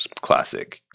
classic